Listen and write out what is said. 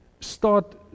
start